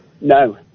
No